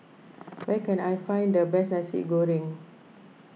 where can I find the best Nasi Goreng